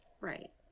right